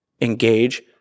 engage